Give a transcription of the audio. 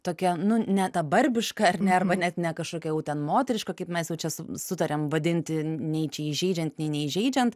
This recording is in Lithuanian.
tokia nu ne ta barbiška ar ne arba net ne kažkokia jau ten moteriška kaip mes jau čia sutarėm vadinti nei čia įžeidžiant nei neįžeidžiant